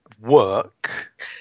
work